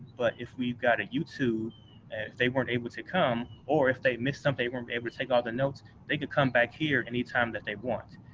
but if we've got a youtube, and if they weren't able to come, or if they missed something, they weren't able to take all the notes, they could come back here anytime that they want.